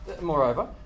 Moreover